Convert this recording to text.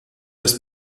das